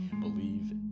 Believe